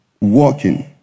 walking